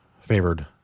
favored